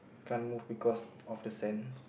can't move because of the sand